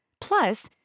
Plus